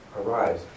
arise